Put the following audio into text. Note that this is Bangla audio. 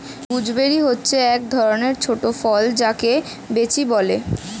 গুজবেরি হচ্ছে এক ধরণের ছোট ফল যাকে বৈঁচি বলে